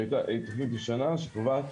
היא תוכנית ישנה שקובעת